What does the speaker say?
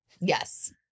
Yes